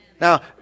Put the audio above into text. Now